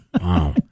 Wow